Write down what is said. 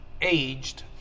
aged